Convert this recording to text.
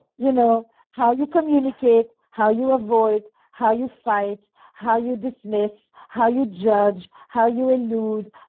you know how you communicate, how you avoid, how you fight, how you dismiss, how you judge how you elude,